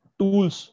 tools